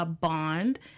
bond